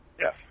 Yes